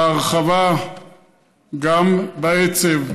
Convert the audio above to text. בהרחבה, גם בעצב,